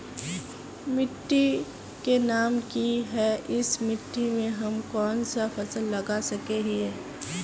मिट्टी के नाम की है इस मिट्टी में हम कोन सा फसल लगा सके हिय?